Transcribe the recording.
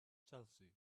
chelsea